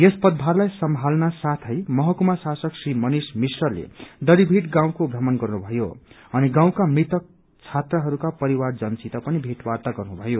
यस पदभारलाई सम्हाल्न साथै महकुमा शासक श्री मनिष मिश्रले दाङीभिट गाउँको भ्रमण गर्नुभयो अनि गाउँका मृतक छात्रहरूका परिवार जनसित पनि भेटवार्ता गर्नुभयो